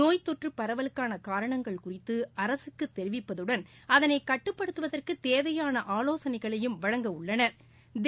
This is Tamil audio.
நோய்த்தொற்று பரவலுக்கான காரணங்கள் குறித்து அரசுக்கு தெரிவிப்பதுடன் அதனை கட்டுப்படுத்துவதற்கு தேவையான ஆலோசனைகளையும் வழங்க உள்ளனா்